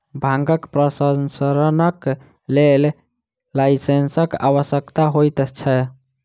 भांगक प्रसंस्करणक लेल लाइसेंसक आवश्यकता होइत छै